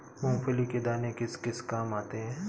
मूंगफली के दाने किस किस काम आते हैं?